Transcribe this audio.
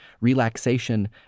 relaxation